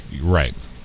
Right